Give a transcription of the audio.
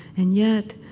and yet,